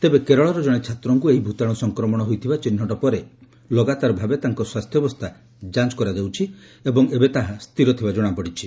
ତେବେ କେରଳର ଜଣେ ଛାତ୍ରଙ୍କୁ ଏହି ଭୂତାଣୁ ସଂକ୍ରମଣ ହୋଇଥିବା ଚିହ୍ନଟ ପରେ ଲଗାତାର ଭାବେ ତାଙ୍କ ସ୍ୱାସ୍ଥ୍ୟାବସ୍ଥା ଯାଞ୍ଚ କରାଯାଉଛି ଏବଂ ଏବେ ତାହା ସ୍ଥିର ଥିବା ଜଣାପଡ଼ିଛି